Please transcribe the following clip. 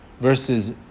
Versus